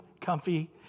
comfy